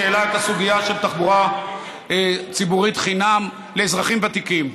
שהעלה את הסוגיה של תחבורה ציבורית חינם לאזרחים ותיקים.